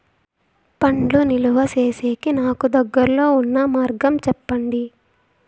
పండ్లు నిలువ సేసేకి నాకు దగ్గర్లో ఉన్న మార్గం చెప్పండి?